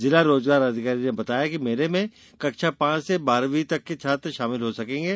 जिला रोजगार अधिकारी ने बताया कि मेले में कक्षा पांच से बारहवीं तक के छात्र शामिल हो सकेंगे